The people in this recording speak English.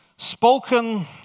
Spoken